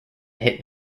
hit